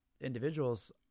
individuals